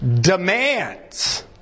demands